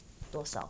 多少